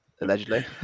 Allegedly